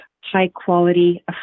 high-quality